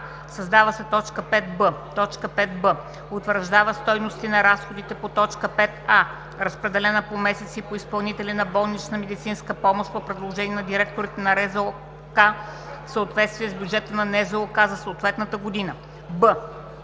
създава се т. 5б: „5б. утвърждава стойности на разходите по т. 5а, разпределена по месеци и по изпълнители на болнична медицинска помощ, по предложение на директорите на РЗОК в съответствие с бюджета на НЗОК за съответната година;“